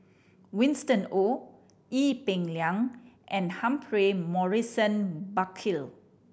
Winston Oh Ee Peng Liang and Humphrey Morrison Burkill